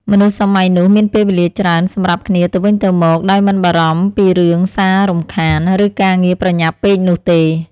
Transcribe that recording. មនុស្សសម័យនោះមានពេលវេលាច្រើនសម្រាប់គ្នាទៅវិញទៅមកដោយមិនបារម្ភពីរឿងសាររំខាន ឬការងារប្រញាប់ពេកនោះទេ។